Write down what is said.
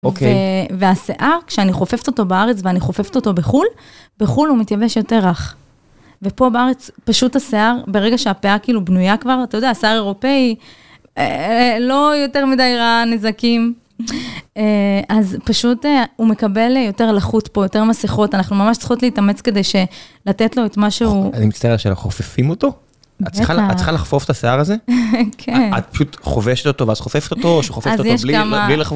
והשיער, כשאני חופפת אותו בארץ ואני חופפת אותו בחול, בחול הוא מתייבש יותר רך. ופה בארץ, פשוט השיער, ברגע שהפאה כאילו בנויה כבר, אתה יודע, שיער האירופאי, לא יותר מדי ראה נזקים. אז פשוט הוא מקבל יותר לחות פה, יותר מסיכות, אנחנו ממש צריכות להתאמץ כדי ש... לתת לו את מה שהוא... אני מצטער על השאלה - חופפים אותו? בטח. את צריכה לחפוף את השיער הזה? כן. את פשוט חובשת אותו ואז חופפת אותו, או שחופפת אותו בלי לחבוש?